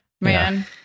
man